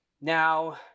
Now